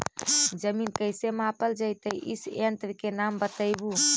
जमीन कैसे मापल जयतय इस यन्त्र के नाम बतयबु?